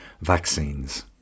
vaccines